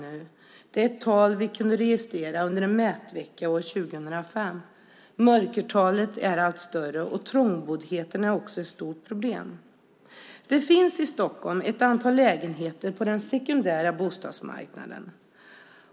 Det är ett tal vi kunde registrera under en mätvecka år 2005. Mörkertalet är allt större. Trångboddheten är också ett stort problem. Det finns i Stockholm ett antal lägenheter på den sekundära bostadsmarknaden.